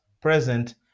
present